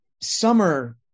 summer